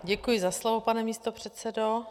Děkuji za slovo, pane místopředsedo.